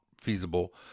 feasible